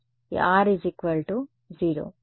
విద్యార్థి ఇది 1 1 మరియు మరి